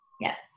Yes